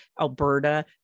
Alberta